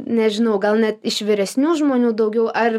nežinau gal net iš vyresnių žmonių daugiau ar